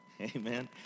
Amen